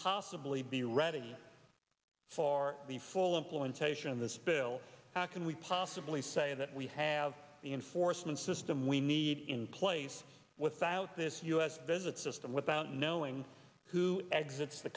possibly be ready for the full implementation of this bill how can we possibly say that we have the enforcement system we need in place without this u s visit system without knowing who exits the